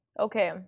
Okay